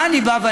מה אני אומר?